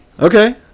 okay